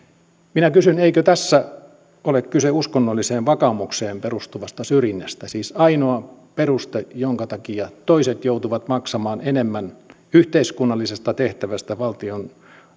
minä kysyn eikö tässä ole kyse uskonnolliseen vakaumukseen perustuvasta syrjinnästä siis ainoa peruste jonka takia toiset joutuvat maksamaan enemmän yhteiskunnallisesta tehtävästä valtion